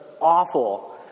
awful